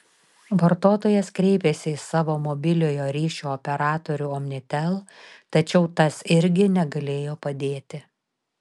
vartotojas kreipėsi į savo mobiliojo ryšio operatorių omnitel tačiau tas irgi negalėjo padėti